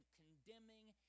condemning